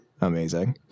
Amazing